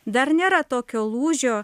dar nėra tokio lūžio